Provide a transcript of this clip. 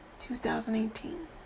2018